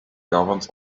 governs